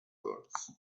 words